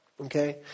Okay